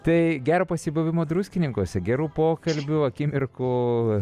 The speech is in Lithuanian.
tai gero pasibuvimo druskininkuose gerų pokalbių akimirkų